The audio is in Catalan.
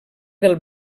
del